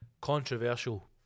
controversial